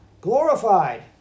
glorified